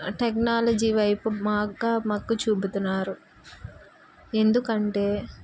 technology వైపు బాగా మొగ్గు చూపుతున్నారు ఎందుకంటే